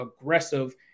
aggressive